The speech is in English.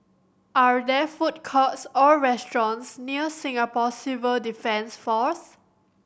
are there food courts or restaurants near Singapore Civil Defence Force